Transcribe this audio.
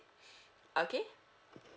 okay